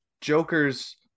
Joker's